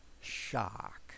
shock